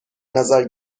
نظر